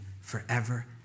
forever